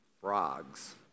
frogs